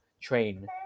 train